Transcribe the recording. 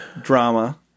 Drama